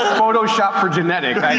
photoshop for genetics.